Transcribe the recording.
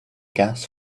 gas